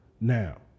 now